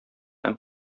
һәм